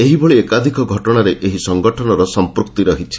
ଏହିଭଳି ଏକାଧିକ ଘଟଣାରେ ଏହି ସଂଗଠନର ସଂପୃକ୍ତି ରହିଛି